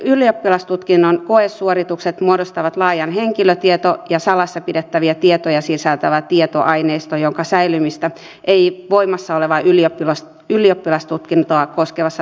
ylioppilastutkinnon koesuoritukset muodostavat laajan henkilötietoja ja salassa pidettäviä tietoja sisältävän tietoaineiston jonka säilymistä ei voimassa olevassa ylioppilastutkintoa koskevassa lainsäädännössä säännellä